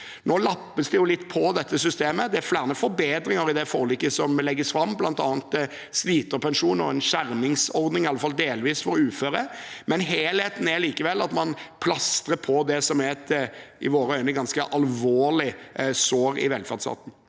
lappes det nå litt på det systemet. Det er flere forbedringer i det forliket som legges fram, bl.a. sliterpensjon og en skjermingsordning – i alle fall delvis – for uføre, men helheten er likevel at man plastrer på det som er et, i våre øyne, ganske alvorlig sår i velferdsstaten.